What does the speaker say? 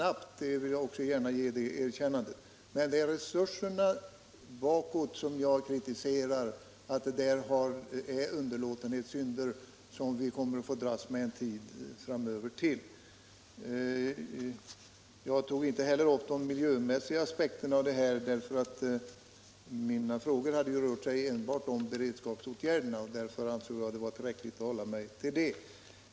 Om beredskapen mot oljekatastrofer Om beredskapen mot oljekatastrofer Men det är resurserna bakåt som jag kritiserar. Där finns det underlåtenhetssynder, som vi kommer att få dras med ytterligare en tid framöver. Jag tog emellertid inte heller upp de miljömässiga aspekterna på detta, eftersom mina frågor rörde sig enbart om beredskapsåtgärderna —- jag ansåg att det var tillräckligt att hålla mig till dem.